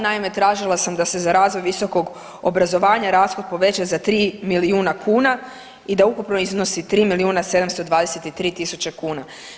Naime, tražila sam da se za razvoj visokog obrazovanja rashod poveća za 3 milijuna kuna i da ukupno iznosi 3 milijuna 723 tisuće kuna.